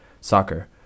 soccer